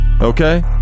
Okay